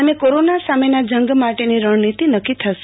અને કોરોના સામેના જંગમા માટેની રણનીતિ નકકી થશે